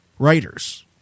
Writers